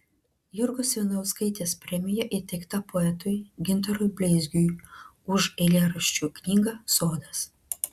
jurgos ivanauskaitės premija įteikta poetui gintarui bleizgiui už eilėraščių knygą sodas